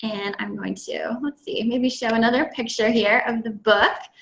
and i'm going to, let's see, maybe show another picture here, of the book.